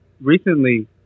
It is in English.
recently